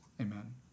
Amen